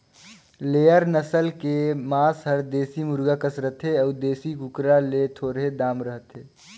layer नसल के मांस हर देसी मुरगा कस रथे अउ देसी कुकरा ले थोरहें दाम रहथे